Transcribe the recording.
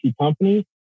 company